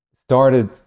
started